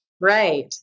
Right